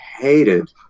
hated